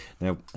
now